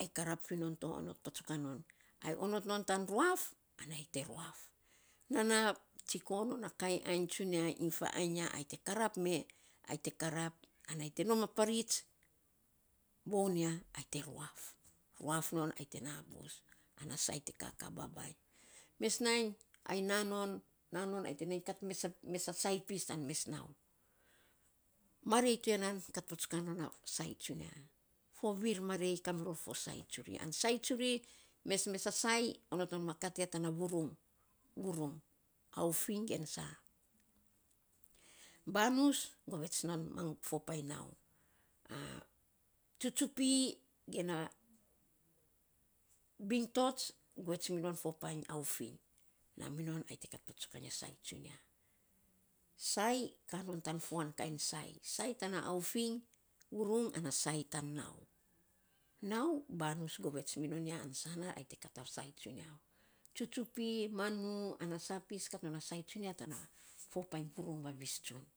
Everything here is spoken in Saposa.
aii karap fi non to onot patsukan non ai onot non tana ruaf, ana ae te ruaf. Nana tsiko non a kainy ainy tsunia iny faainy ya ai te karap me, ai te karap ai te nom a parits voun ya ai te ruaf. Ruaf non ai te na bus ana saii te kaka babainy. Mes nainy ai na non ai te nainy kat mes a saii pis tan mes nau. Marei to ya nan kat patsukan non a saii tsunia. Fo vir marei kamiror fo saii tsuri. An fo saii, mesmes a saii onot non ma kat ya tana vurung. Vurung, aufiny gen sa. Banus govets non fo painy nau tsutsupi ge na bintots govets minon fo painy aufiny. Na minon ai te kat patsukainy a saii tsunia. Saii ka non tan fuan kainy saii. Saii tana aufiny, vurung ana saii ta nau. Nau banus govets minon ya an sana ai te kat non na saii tsunia fo painy vurung vavis tsun.